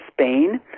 spain